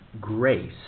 Grace